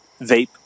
vape